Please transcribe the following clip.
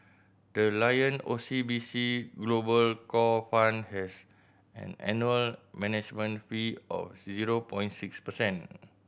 the Lion O C B C Global Core Fund has an annual management fee of zero points six percent